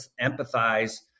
empathize